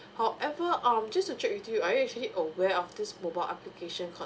however um just to check with you are you actually aware of this mobile application